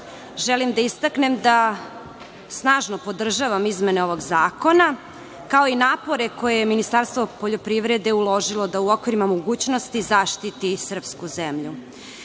želim da istaknem da snažno podržavam izmene ovog zakona, kao i napore koje je Ministarstvo poljoprivrede uložilo da u okvirima mogućnosti zaštiti srpsku zemlju. Istakla